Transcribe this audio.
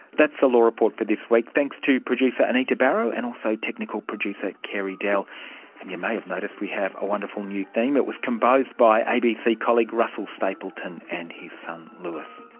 that's the law report for this week. thanks to producer anita barraud and also technical producer carey dell. and you may have noticed we have a wonderful new theme, it was composed by abc colleague russell stapleton and his son lewis.